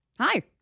Hi